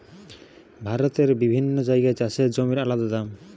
ভারতের বিভিন্ন জাগায় চাষের জমির আলদা দাম